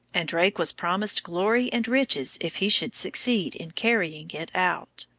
and drake was promised glory and riches if he should succeed in carrying it out.